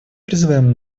призываем